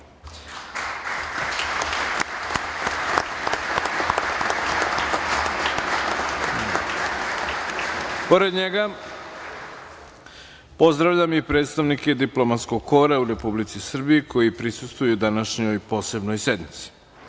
Pored njega pozdravljam i predstavnike diplomatskog kora u Republici Srbiji, koji prisustvuju današnjoj posebnoj sednici.